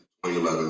2011